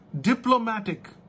diplomatic